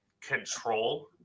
control